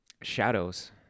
shadows